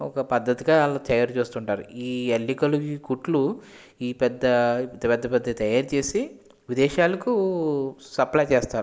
ఒక పద్ధతిగా వాళ్ళు తయారు చేస్తుంటారు ఈ అల్లికలు కుట్లు ఈ పెద్ద పెద్ద పెద్దవి తయారు చేసి విదేశాలకు సప్లై చేస్తారు